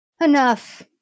Enough